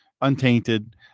untainted